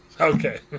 Okay